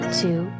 two